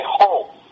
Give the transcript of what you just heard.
hope